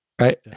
right